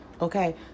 Okay